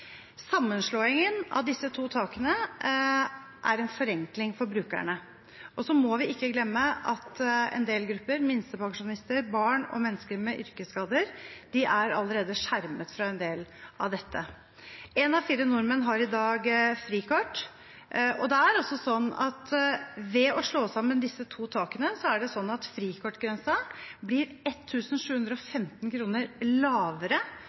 Sammenslåingen av disse to takene er en forenkling for brukerne. Og så må vi ikke glemme at en del grupper – minstepensjonister, barn og mennesker med yrkesskader – allerede er skjermet fra en del av dette. Én av fire nordmenn har i dag frikort, og ved å slå sammen disse to takene